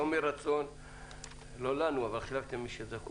אבל בכל זאת חילקתם למי שזקוק,